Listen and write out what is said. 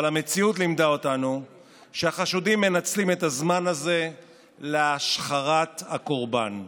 אבל המציאות לימדה אותנו שהחשודים מנצלים את הזמן הזה להשחרת הקורבן.